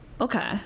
Okay